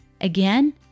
Again